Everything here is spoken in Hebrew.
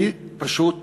אני פשוט